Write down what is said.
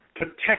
protect